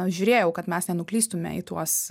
žiūrėjau kad mes nenuklystume į tuos